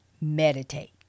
meditate